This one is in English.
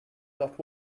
not